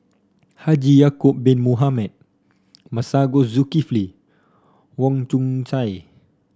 Haji Ya'acob Bin Mohamed Masago Zulkifli Wong Chong Sai